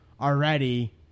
already